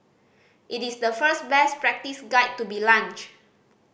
it is the first best practice guide to be launched